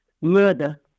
murder